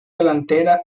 delantera